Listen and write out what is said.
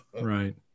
Right